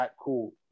Cool